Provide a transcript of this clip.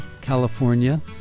California